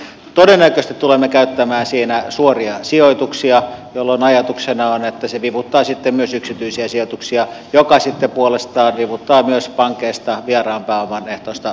todennäköisesti tulemme käyttämään siinä suoria sijoituksia jolloin ajatuksena on että se vivuttaa sitten myös yksityisiä sijoituksia mikä sitten puolestaan vivuttaa myös pankeista vieraan pääoman ehtoista rahoitusta